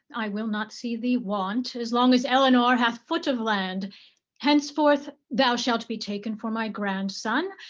i will not see thee want as long as eleanor hath foot of land henceforth thou shalt be taken for my grandson,